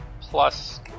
plus